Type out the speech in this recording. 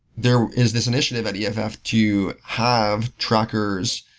there is this initiative at yeah eff eff to have trackers